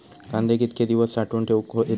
कांदे कितके दिवस साठऊन ठेवक येतत?